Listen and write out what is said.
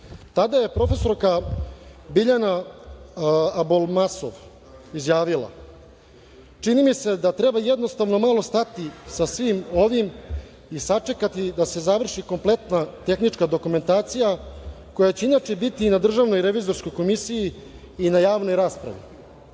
je profesorka Biljana Abolmasov izjavila – čini mi se da treba jednostavno malo stati sa svim ovim i sačekati da se završi kompletna tehnička dokumentacija koja će inače biti i na državnoj revizorskoj komisiji i na javnoj raspravi.